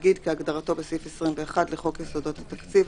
"תאגיד" כהגדרתו בסעיף 21 לחוק יסודות התקציב,